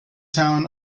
town